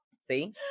see